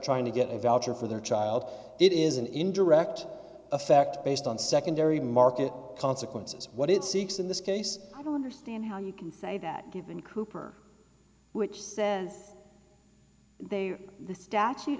trying to get a voucher for their child it is an indirect effect based on secondary market consequences what it seeks in this case i don't understand how you can say that given cooper which says they the statute